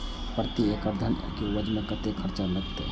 प्रति एकड़ धनिया के उपज में कतेक खर्चा लगते?